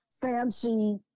fancy